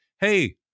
Hey